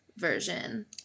version